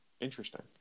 Interesting